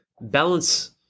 balance